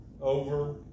over